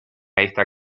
esta